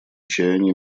чаяния